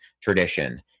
tradition